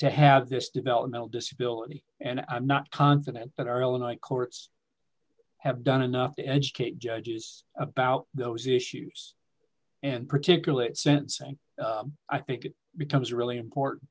to have this developmental disability and i'm not confident that our illinois courts have done enough to educate judges about those issues and particulate sense and i think it becomes a really important